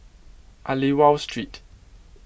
Aliwal Street